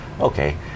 okay